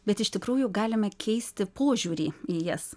bet iš tikrųjų galime keisti požiūrį į jas